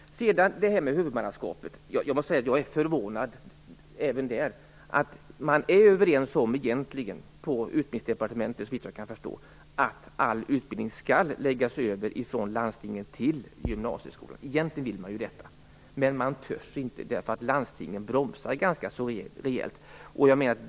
Sedan till det här med huvudmannaskapet. Jag måste säga att jag är förvånad även där. Man är så vitt jag förstår egentligen överens på Utbildningsdepartementet om att all utbildning skall läggas över från landstingen till kommunerna. Det är vad man egentligen vill. Men man törs inte, för landstingen bromsar ganska rejält.